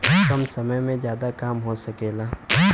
कम समय में जादा काम हो सकला